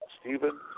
Stephen